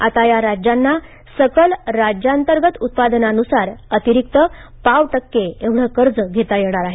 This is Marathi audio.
आता या राज्यांना सकल राज्यांतर्गत उत्पादनानुसार अतिरिक्त पाव टक्के एवढं कर्ज घेता येणार आहे